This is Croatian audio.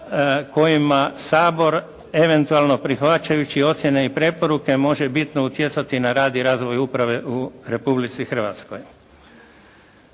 kojima Sabor eventualno prihvaćajući i ocjene i preporuke može bitno utjecati na rad i razvoj uprave u Republici Hrvatskoj.